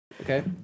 Okay